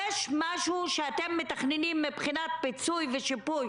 יש משהו שאתם מתכננים מבחינת פיצוי ושיפוי